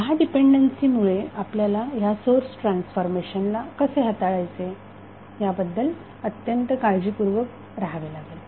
ह्या डीपेंडन्सी मुळे आपल्याला ह्या सोर्स ट्रान्सफॉर्मेशनला कसे हाताळायचे याबद्दल अत्यंत काळजीपूर्वक राहावे लागेल